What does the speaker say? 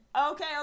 okay